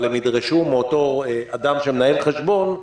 אבל הם ידרשו מאותו אדם שמנהל חשבון,